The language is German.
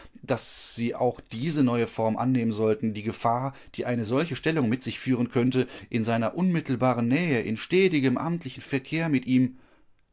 daß sie auch diese neue form annehmen sollten die gefahr die eine solche stellung mit sich führen könnte in seiner unmittelbaren nähe in stetigem amtlichem verkehr mit ihm